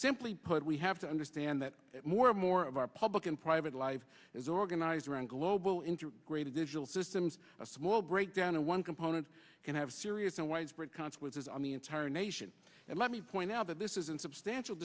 simply put we have to understand that more and more of our public and private life is organized around global into great additional systems a small break down a one component can have serious and widespread consequences on the entire nation and let me point out that this is in substantial